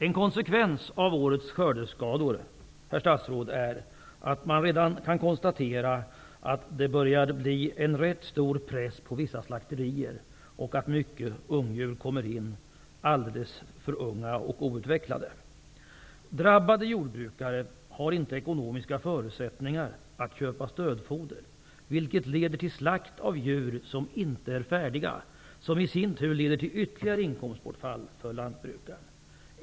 En konsekvens av årets skördeskador, herr statsråd, är att man redan kan konstatera att det börjar bli en rätt stor press på vissa slakterier och att många ungdjur kommer in alldeles för unga och outvecklade. Drabbade jordbrukare har inte ekonomiska förutsättningar att köpa stödfoder, vilket leder till slakt av djur som inte är färdiga, vilket i sin tur leder till ytterligare inkomstbortfall för lantbrukaren.